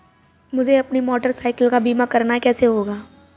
मुझे अपनी motorcycle का बीमा करना है कैसे होगा?